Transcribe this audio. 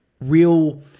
real